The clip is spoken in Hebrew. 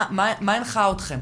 מה הנחה אתכם?